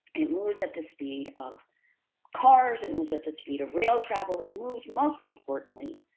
it moves at the speed of cars, it moves at the speed of rail travel, it moves most importantly,